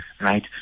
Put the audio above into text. right